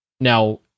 Now